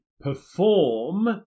perform